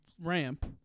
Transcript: ramp